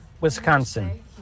Wisconsin